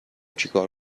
چیکار